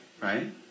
Right